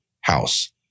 house